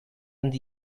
and